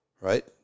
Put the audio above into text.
right